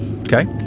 Okay